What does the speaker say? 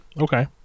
Okay